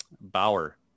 Bauer